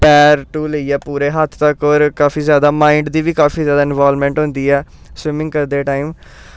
पैर टू लेइयै पूरे हत्थ तक होर काफी ज्यादा माइंड दी बी काफी ज्यादा इंवालवमैंट होंदी ऐ स्विमिंग करदे टाइम